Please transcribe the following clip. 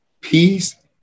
peace